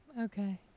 okay